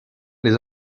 les